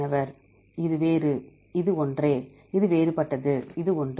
மாணவர் இது வேறு இது ஒன்றே இது வேறுபட்டது இது ஒன்று